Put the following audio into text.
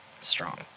Strong